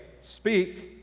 speak